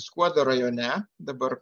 skuodo rajone dabar